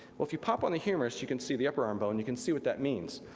well if you pop on the humerus you can see the upper arm bone you can see what that means.